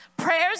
Prayers